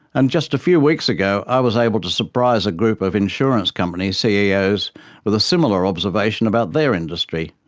and just a few weeks ago i was able to surprise a group of insurance company ceos with a similar observation about their industry.